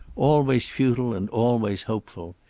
always futile and always hopeful.